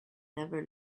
never